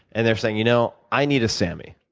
and they're saying you know, i need a samy.